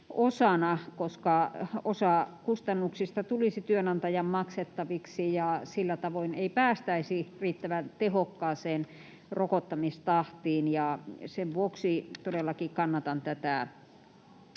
osana, koska osa kustannuksista tulisi työnantajan maksettavaksi, ja sillä tavoin ei päästäisi riittävän tehokkaaseen rokottamistahtiin. Sen vuoksi todellakin kannatan tätä